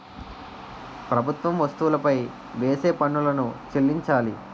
ప్రభుత్వం వస్తువులపై వేసే పన్నులను చెల్లించాలి